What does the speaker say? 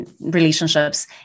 relationships